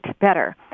better